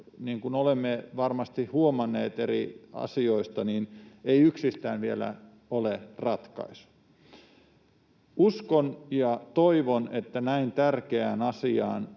niin kuin olemme varmasti huomanneet eri asioista, ei yksistään vielä ole ratkaisu. Uskon ja toivon, että näin tärkeään asiaan